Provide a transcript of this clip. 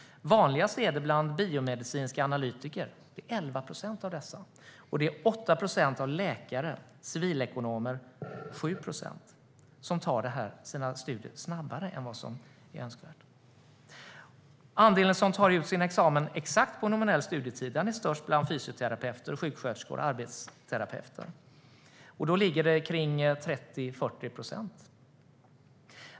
Vanligast är det bland biomedicinska analytiker. Här är det 11 procent. Bland läkare och civilekonomer tar 8 respektive 7 procent sin examen snabbare. Andelen av dem som tar ut sin examen exakt på nominell studietid är störst bland fysioterapeuter, sjuksköterskor och arbetsterapeuter. Det är 30-40 procent.